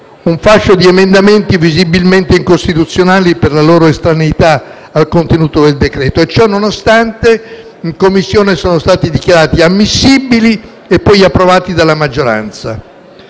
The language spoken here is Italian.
un fascio di emendamenti visibilmente incostituzionali per la loro estraneità al contenuto del decreto-legge; ciò nonostante, in Commissione sono stati dichiarati ammissibili e poi approvati dalla maggioranza.